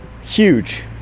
huge